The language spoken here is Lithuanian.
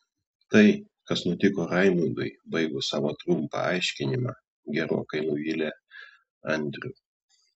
tai kas nutiko raimundui baigus savo trumpą aiškinimą gerokai nuvylė andrių